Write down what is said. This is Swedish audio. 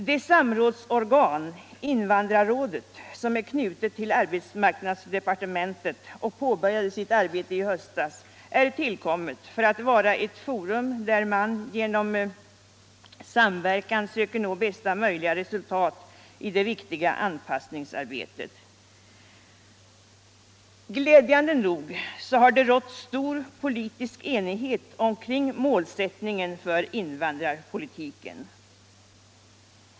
Det samrådsorgan, invandrarrådet, som är knutet till arbetsmarknadsdepartementet och påbörjade sitt arbete i höstas, är tillkommet för att vara ett forum där man genom samverkan söker nå bästa möjliga resultat i det viktiga anpassningsarbetet. Glädjande nog har det rått stor politisk enighet kring målsättningen för invandrarpolitiken.